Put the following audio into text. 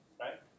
right